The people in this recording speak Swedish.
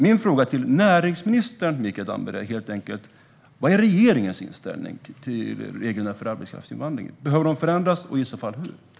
Mina frågor till näringsminister Mikael Damberg är: Vad är regeringens inställning till reglerna för arbetskraftsinvandring? Behöver de förändras och i så fall hur?